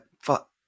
Fuck